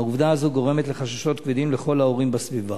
העובדה הזאת גורמת לחששות כבדים בקרב כל ההורים בסביבה.